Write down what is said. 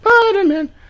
Spider-Man